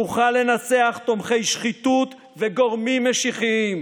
נוכל לנצח תומכי שחיתות וגורמים משיחיים.